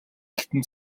алтан